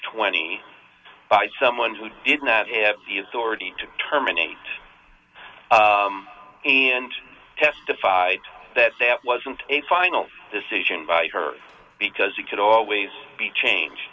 twenty five someone who did not have the authority to terminate and testified that that wasn't a final decision by her because she could always be changed